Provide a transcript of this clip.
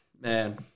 man